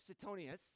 Suetonius